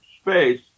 space